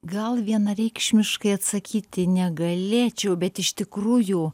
gal vienareikšmiškai atsakyti negalėčiau bet iš tikrųjų